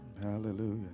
Hallelujah